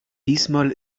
diesmal